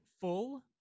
full